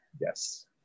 Yes